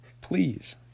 please